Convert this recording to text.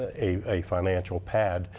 ah a financial pad.